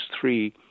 three